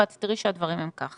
ואת תראי שהדברים הם כך.